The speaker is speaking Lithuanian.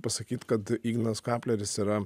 pasakyt kad ignas kapleris yra